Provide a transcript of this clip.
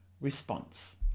response